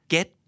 Get